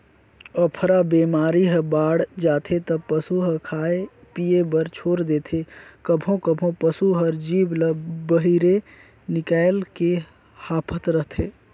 अफरा बेमारी ह बाड़ जाथे त पसू ह खाए पिए बर छोर देथे, कभों कभों पसू हर जीभ ल बहिरे निकायल के हांफत रथे